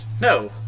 no